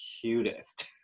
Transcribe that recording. cutest